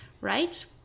right